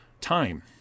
time